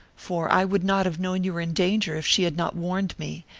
for i would not have known you were in danger if she had not warned me,